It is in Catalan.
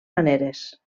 maneres